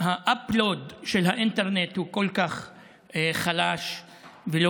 ה-AP Load של האינטרנט הוא כל כך חלש ולא